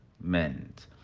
meant